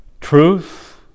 Truth